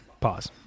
Pause